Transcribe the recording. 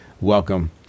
welcome